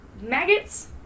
maggots